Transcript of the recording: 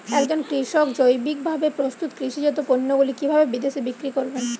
একজন কৃষক জৈবিকভাবে প্রস্তুত কৃষিজাত পণ্যগুলি কিভাবে বিদেশে বিক্রি করবেন?